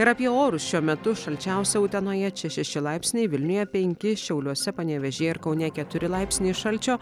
ir apie orus šiuo metu šalčiausia utenoje čia šeši laipsniai vilniuje penki šiauliuose panevėžyje ir kaune keturi laipsniai šalčio